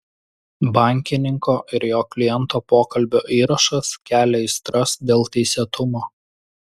bankininko ir jo kliento pokalbio įrašas kelia aistras dėl teisėtumo